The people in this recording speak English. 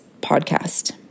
podcast